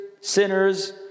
sinners